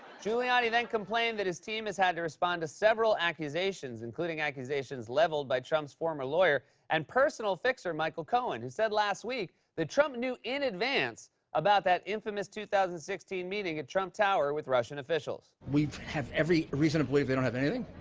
giuliani then complained that his team has had to respond to several accusations, including accusations leveled by trump's former lawyer and personal fixer michael cohen, who said last week that trump knew in advance about that infamous two thousand and sixteen meeting at trump tower with russian officials. we have every reason to believe they don't have anything,